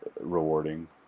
rewarding